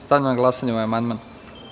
Stavljam na glasanje ovaj amandman.